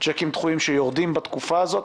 צ'קים דחויים שיורדים בתקופה הזו.